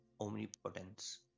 omnipotence